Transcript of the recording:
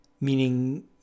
meaning